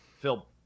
phil